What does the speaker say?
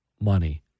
money